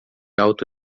alto